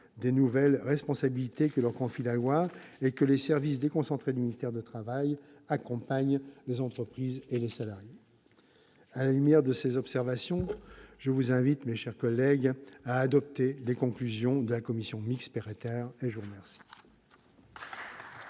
des nouvelles responsabilités que leur confie la loi et si les services déconcentrés du ministère du travail accompagnent les entreprises et les salariés. À la lumière de ces observations, je vous invite, mes chers collègues, à adopter les conclusions de la commission mixte paritaire. La parole